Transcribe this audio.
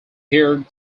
heard